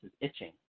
itching